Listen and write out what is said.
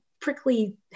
prickly